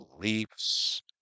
beliefs